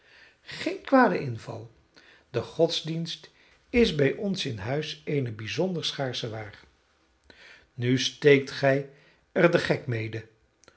geen kwade inval de godsdienst is bij ons in huis eene bijzonder schaarsche waar nu steekt gij er den gek mede